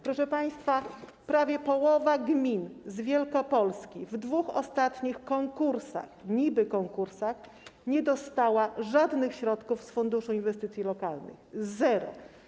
Proszę państwa, prawie połowa gmin z Wielkopolski w dwóch ostatnich konkursach, niby-konkursach, nie dostała żadnych środków z funduszu inwestycji lokalnych, zero.